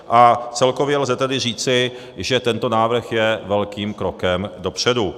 A celkově lze tedy říci, že tento návrh je velkým krokem dopředu.